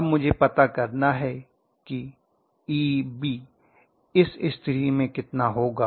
अब मुझे पता करना है कि Eb इस स्थिति में कितना होगा